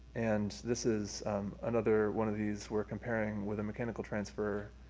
and this is another one of these we're comparing with a mechanical transfer.